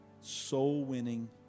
soul-winning